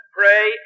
pray